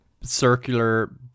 circular